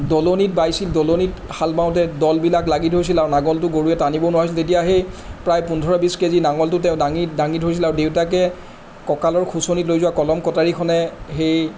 দলনিত বাইছিল দলনিত হাল বাওঁতে দলবিলাক লাগি ধৰিছিল আৰু নাঙলটো গৰুৱে টানিব নোৱাৰা হৈছিল তেতিয়া সেই প্ৰায় পোন্ধৰ বিছ কেজি নাঙলটো তেওঁ দাঙি দাঙি ধৰিছিল আৰু দেউতাকে কঁকালৰ খুঁচনিত লৈ যোৱা কলম কটাৰীখনে সেই